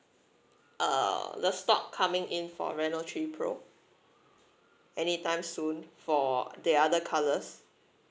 uh the stock coming in for Reno three pro anytime soon for the other colors